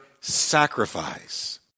sacrifice